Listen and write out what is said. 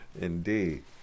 Indeed